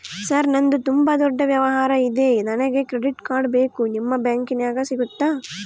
Sir ನಂದು ತುಂಬಾ ದೊಡ್ಡ ವ್ಯವಹಾರ ಇದೆ ನನಗೆ ಕ್ರೆಡಿಟ್ ಕಾರ್ಡ್ ಬೇಕು ನಿಮ್ಮ ಬ್ಯಾಂಕಿನ್ಯಾಗ ಸಿಗುತ್ತಾ?